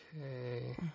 Okay